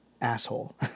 asshole